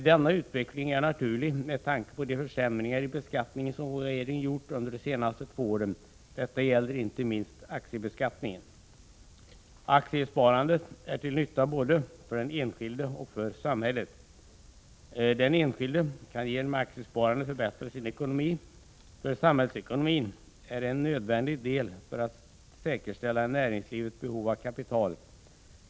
Denna utveckling är naturlig med tanke på de försämringar i beskattningen som regeringen gjort under de senaste två åren. Detta gäller inte minst aktiebeskattningen. Aktiesparandet är till nytta både för den enskilde och för samhället. Den enskilde kan genom aktiesparandet förbättra sin ekonomi. För samhällsekonomin är det en nödvändig del för att säkerställa näringslivets behov av kapital.